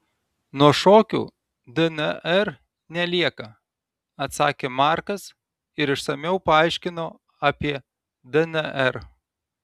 nuo šokių dnr nelieka atsakė markas ir išsamiau paaiškino apie dnr